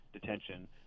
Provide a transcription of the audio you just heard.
detention